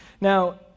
Now